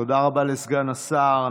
תודה רבה לסגן השר.